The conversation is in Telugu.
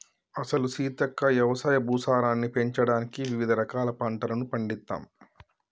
అసలు సీతక్క యవసాయ భూసారాన్ని పెంచడానికి వివిధ రకాల పంటలను పండిత్తమ్